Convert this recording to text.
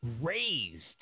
raised